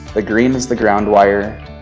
the green is the ground wire,